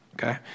Okay